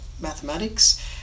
mathematics